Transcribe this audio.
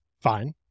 fine